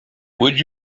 would